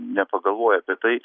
nepagalvoja apie tai